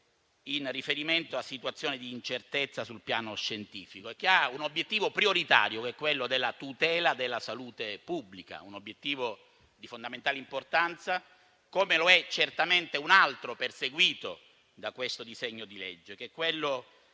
in riferimento a situazioni di incertezza sul piano scientifico, che ha un obiettivo prioritario: quello della tutela della salute pubblica. Si tratta di un obiettivo di fondamentale importanza, come lo è certamente un altro obiettivo perseguito da questo disegno di legge, ovvero